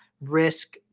risk